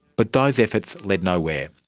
but those efforts led nowhere.